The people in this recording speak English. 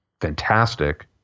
fantastic